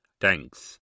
Thanks